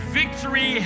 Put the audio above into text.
victory